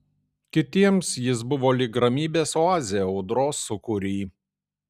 kitiems jis buvo lyg ramybės oazė audros sūkury